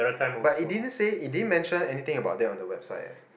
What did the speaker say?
but it didn't say it didn't mention anything about that on the website eh